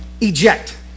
Eject